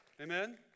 Amen